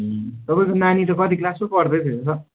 तपाईँको नानी त कति क्लास पो पढ्दै थियो सर